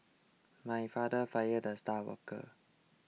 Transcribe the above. my father fired the star worker